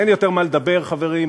אין יותר מה לדבר, חברים.